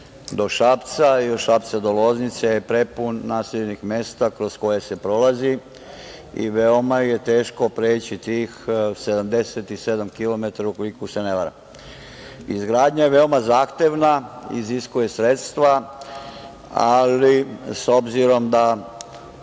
do Šapca i do Šapca do Loznice je prepun naseljenih mesta kroz koje se prolazi i veoma je teško preći tih 77 kilometara, ukoliko se ne varam. Izgradnja je veoma zahtevna i iziskuje sredstva, ali s obzirom da